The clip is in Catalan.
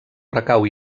recau